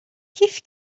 kif